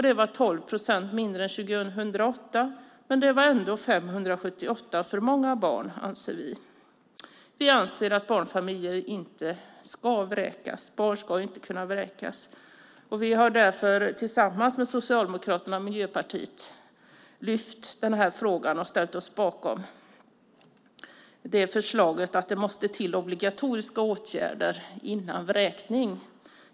Det var 12 procent färre än 2008, men vi anser att det ändå var 578 barn för många. Vi anser att barnfamiljer inte ska vräkas; barn ska inte kunna vräkas. Vi har därför tillsammans med Socialdemokraterna och Miljöpartiet lyft upp denna fråga och ställt oss bakom förslaget att det måste till obligatoriska åtgärder före vräkning.